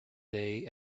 day